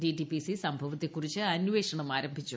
DTPC സംഭവത്തെക്കുറിച്ച് അന്വേഷണം ആരംഭിച്ചു